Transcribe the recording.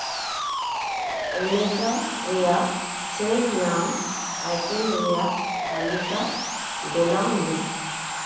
ᱳᱢᱮᱜᱟ ᱨᱮᱭᱟᱜ ᱪᱷᱟᱹᱲ ᱧᱟᱢ ᱟᱭᱴᱮᱢ ᱨᱮᱭᱟᱜ ᱛᱟᱹᱞᱤᱠᱟ ᱵᱮᱱᱟᱣ ᱢᱮ